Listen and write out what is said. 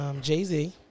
Jay-Z